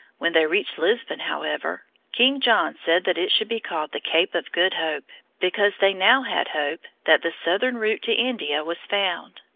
when they reached lisbon, however, king john said that it should be called the cape of good hope, because they now had hope that the southern route to india was found.